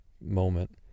moment